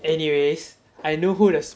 anyways I know who the sp~